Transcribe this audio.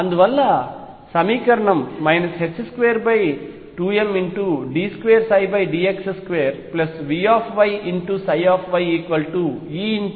అందువలన సమీకరణం 22md2dx2VyyEψy అయింది